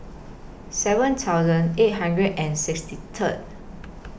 seven thousand eight hundred and sixty Third